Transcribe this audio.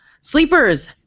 Sleepers